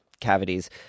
cavities